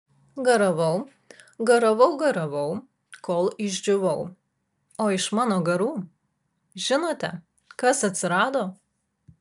garavau garavau garavau kol išdžiūvau o iš mano garų žinote kas atsirado